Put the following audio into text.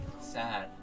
Sad